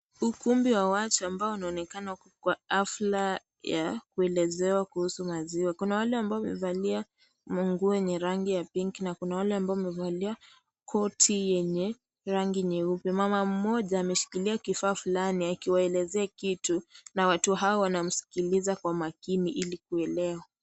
Ukumbi wa watu ambao unaonekana kwa ghafla ya kuelezewa kuhusu maziwa. Kuna wale ambao wamevalia nguo ya rangi ya pinki, na kuna wale ambao wamevalia koti yenye rangi nyeupe. Mama mmoja ameshikilia kifaa fulani kuelezea kitu na watu hao wanasikiliza kwa makini ili kuelewa.